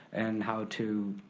and how to